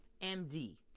MD